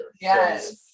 Yes